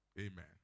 Amen